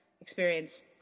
experience